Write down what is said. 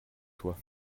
toi